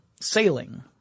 sailing